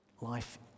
Life